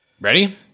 Ready